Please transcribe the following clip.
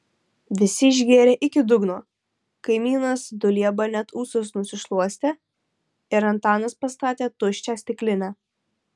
visi išgėrė iki dugno kaimynas dulieba net ūsus nusišluostė ir antanas pastatė tuščią stiklinę